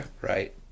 Right